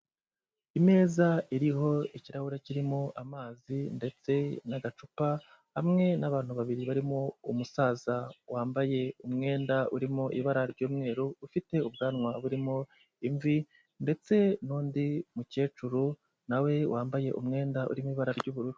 Imeza iriho ikirahure kirimo amazi ndetse n'agacupa, hamwe n'abantu babiri barimo umusaza wambaye umwenda urimo ibara ry'umweru, ufite ubwanwa burimo imvi, ndetse n'undi mukecuru na we wambaye umwenda urimo ibara ry'ubururu.